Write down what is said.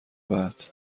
بعد